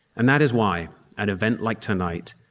and that is why an event like tonight,